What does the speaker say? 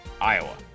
Iowa